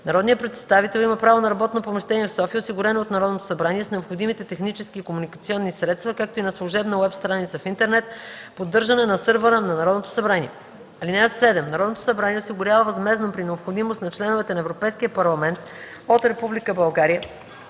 Народният представител има право на работно помещение в София, осигурено от Народното събрание с необходимите технически и комуникационни средства, както и на служебна уеб страница в интернет, поддържана на сървъра на Народното събрание. (7) Народното събрание осигурява възмездно при необходимост на членовете на Европейския парламент от Република